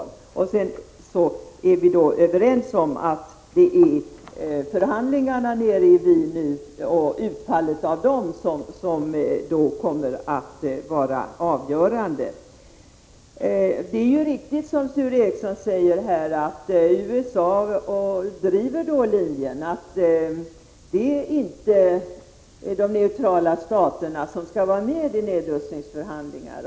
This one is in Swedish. Men vi är överens om att det är utfallet av förhandlingarna nere i Wien som kommer att vara avgörande. Det är riktigt som Sture Ericson säger att USA driver linjen att de neutrala staterna inte skall vara med i nedrustningsförhandlingar.